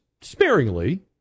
sparingly